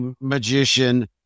magician